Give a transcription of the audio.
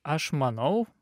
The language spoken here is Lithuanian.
aš manau